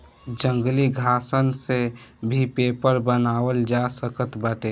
जंगली घासन से भी पेपर बनावल जा सकत बाटे